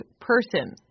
person